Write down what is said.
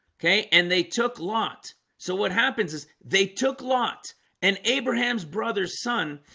okay, and they took lot so what happens is they took lot and abraham's brother's son